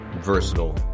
versatile